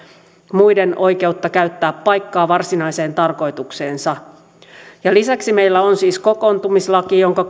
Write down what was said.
muiden oikeutta käyttää paikkaa varsinaiseen tarkoitukseensa lisäksi meillä on siis kokoontumislaki jonka